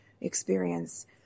experience